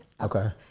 Okay